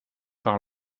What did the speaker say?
par